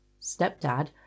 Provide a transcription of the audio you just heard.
stepdad